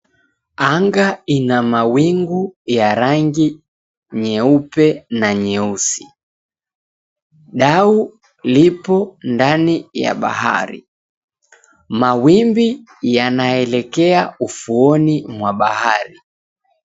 Anga ina mawingu ya rangi nyeupe na nyeusi. Dau lipo ndani ya bahari. Mawimbi yanaelekea ufuoni mwa bahari.